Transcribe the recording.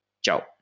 ciao